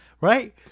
right